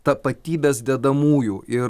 tapatybės dedamųjų ir